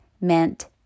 meant